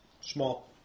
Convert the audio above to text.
Small